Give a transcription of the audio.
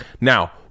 now